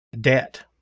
debt